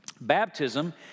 baptism